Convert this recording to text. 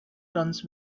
guns